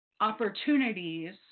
opportunities